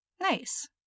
Nice